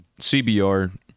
cbr